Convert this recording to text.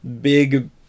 big